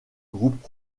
groupe